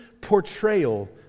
portrayal